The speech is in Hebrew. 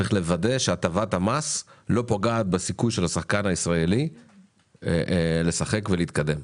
צריך לוודא שהטבת המס לא פוגעת בסיכוי של השחקן הישראלי לשחק ולהתקדם.